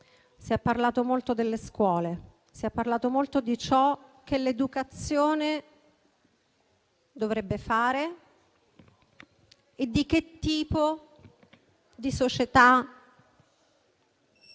Si è parlato molto delle scuole, si è parlato molto di ciò che l'educazione dovrebbe fare e di che tipo di società e di